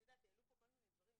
את יודעת, העלו כאן כל מיני דברים.